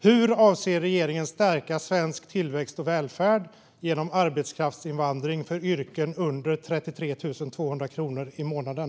Hur avser regeringen stärka svensk tillväxt och välfärd genom arbetskraftsinvandring för yrken med lön under 33 200 kronor i månaden?